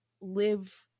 live